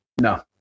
No